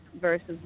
versus